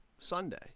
Sunday